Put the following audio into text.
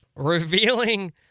revealing